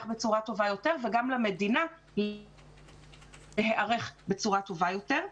בצורה טובה יותר וגם למדינה להיערך בצורה טובה יותר.